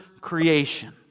creation